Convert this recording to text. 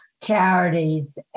charities